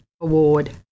award